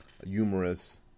humorous